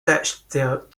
thatched